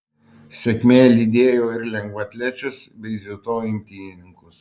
sėkmė lydėjo ir lengvaatlečius bei dziudo imtynininkus